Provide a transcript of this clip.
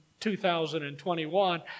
2021